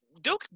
Duke